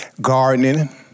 gardening